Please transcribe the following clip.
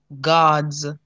God's